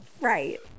Right